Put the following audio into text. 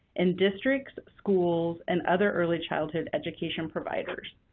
and districts, schools, and other early childhood education providers.